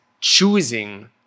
choosing